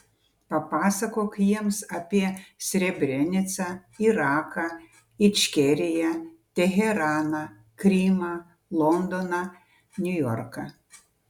papasakok jiems apie srebrenicą iraką ičkeriją teheraną krymą londoną niujorką